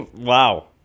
wow